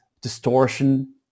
distortion